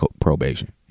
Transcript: probation